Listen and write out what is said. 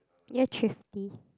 you're thrifty